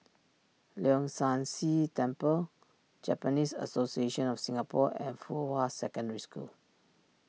Leong San See Temple Japanese Association of Singapore and Fuhua Secondary School